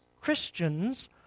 Christians